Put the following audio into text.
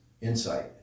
insight